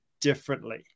differently